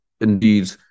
indeed